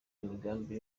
imigambi